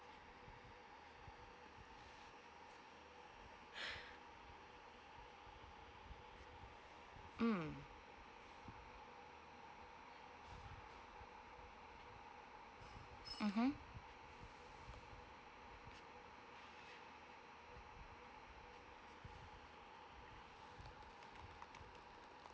mm mmhmm